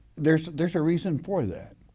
there's there's a reason for that.